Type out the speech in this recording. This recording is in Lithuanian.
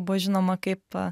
buvo žinoma kaip